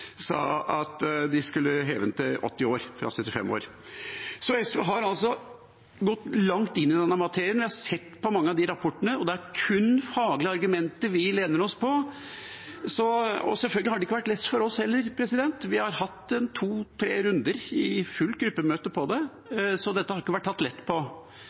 sa at de skulle heve aldersgrensen til 80 år, fra 75 år. SV har altså gått langt inn i denne materien, og vi har sett på mange av de rapportene, og det er kun faglige argumenter vi lener oss på. Selvfølgelig har det ikke vært lett for oss heller. Vi har hatt to-tre runder i fullt gruppemøte på det, så dette har ikke vært tatt lett på.